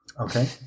Okay